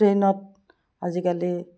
ট্ৰেইনত আজিকালি